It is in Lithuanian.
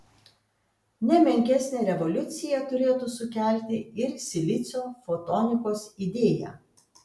ne menkesnę revoliuciją turėtų sukelti ir silicio fotonikos idėja